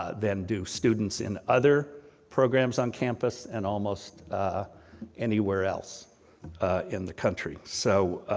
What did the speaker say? ah than do students in other programs on campus, and almost anywhere else in the country. so,